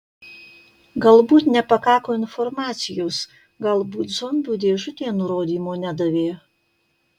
galbūt nepakako informacijos galbūt zombių dėžutė nurodymo nedavė